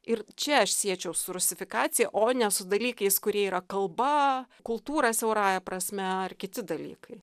ir čia aš siečiau su rusifikacija o ne su dalykais kurie yra kalba kultūra siaurąja prasme ar kiti dalykai